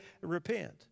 repent